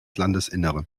landesinnere